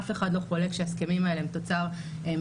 אף אחד לא חולק שההסכמים האלה הם תוצר מרובה